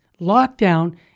lockdown